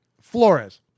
Flores